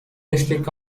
district